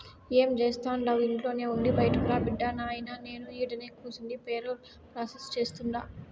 ఏం జేస్తండావు ఇంట్లోనే ఉండి బైటకురా బిడ్డా, నాయినా నేను ఈడనే కూసుండి పేరోల్ ప్రాసెస్ సేస్తుండా